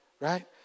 Right